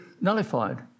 nullified